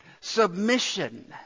submission